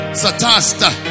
satasta